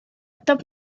top